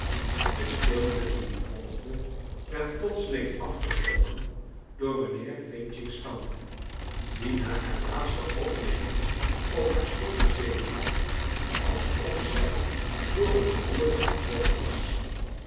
de stilte die nu volgde werd plotseling afgebroken door mijnheer f's tante die na haar laatste opmerking op haar stoel gezeten had alsof zij door een beroerte getroffen was